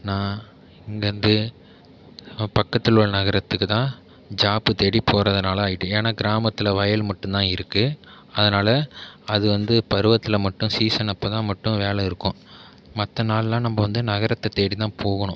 நான் இங்கேருந்து பக்கத்தில் உள்ள நகரத்துக்கு தான் ஜாப்பு தேடி போகறதுனால ஆயிட்டு ஏன்னா கிராமத்தில் வயல் மட்டும் தான் இருக்கு அதனால் அது வந்து பருவத்தில் மட்டும் சீசன் அப்போ தான் மட்டும் வேலை இருக்கும் மற்ற நாள்லாம் நம்ப வந்து நகரத்தை தேடி தான் போகணும்